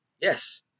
Yes